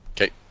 Okay